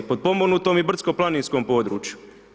Potpomognutom i brdsko-planinskom području.